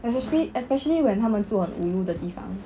especially especially when 他们住很 ulu 的地方